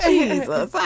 Jesus